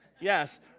Yes